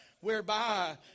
whereby